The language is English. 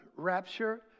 rapture